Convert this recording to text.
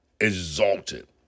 exalted